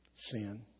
sin